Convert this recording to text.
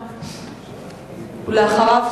ואחריו,